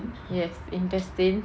yes intestine